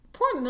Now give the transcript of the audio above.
Poor